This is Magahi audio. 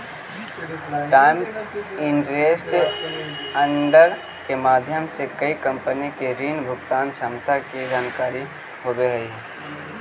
टाइम्स इंटरेस्ट अर्न्ड के माध्यम से कोई कंपनी के ऋण भुगतान क्षमता के जानकारी होवऽ हई